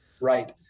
Right